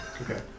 Okay